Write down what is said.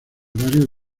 horario